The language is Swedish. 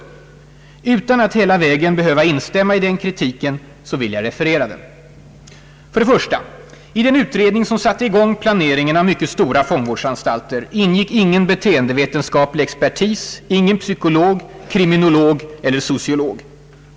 Utan att hela vägen behöva instämma i den kritiken så vill jag referera den. 1. I den utredning som satte i gång planeringen av mycket stora fångvårdsanstalter ingick ingen beteendevetenskaplig expertis — ingen psykolog, kriminolog eller sociolog.